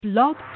Blog